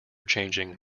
changing